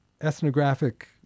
ethnographic